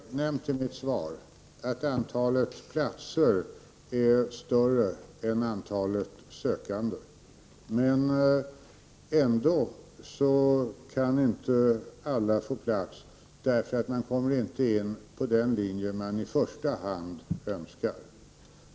Herr talman! Jag har nämnt i mitt svar att antalet platser är större än antalet sökande. Men ändå kan inte alla få plats därför att man inte alltid kommer in på den linje man i första hand önskar.